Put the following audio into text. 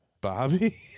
Bobby